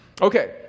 Okay